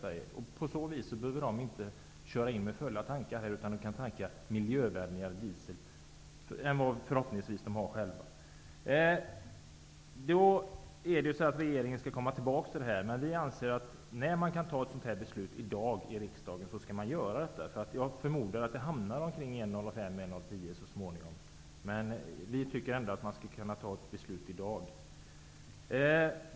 De behöver inte köra in i landet med full tank, utan de kan förhoppningsvis tanka en mer miljövänlig diesel än de har själva. Regeringen skall komma tillbaka i den här frågan, men vi anser att när man kan fatta beslut i riksdagen i dag, skall man göra det. Jag förmodar att skattesatsen så småningom kommer att hamna omkring 1,05--1,10, och vi tycker att då kan man fatta beslut i dag.